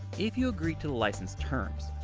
if you agree to the license terms,